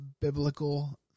biblical